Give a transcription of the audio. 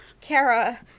Kara